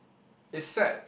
is sad